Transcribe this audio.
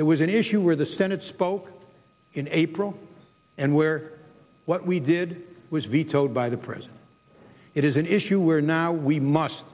it was an issue where the senate spoke in april and where what we did was vetoed by the present it is an issue where now we must